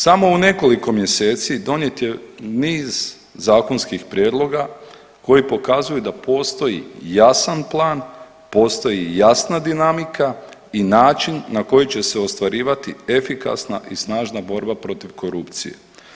Samo u nekoliko mjeseci donijet je niz zakonskih prijedloga koji pokazuju da postoji jasan plan, postoji jasna dinamika i način na koji će se ostvarivati efikasna i snažna borba protiv korupcije.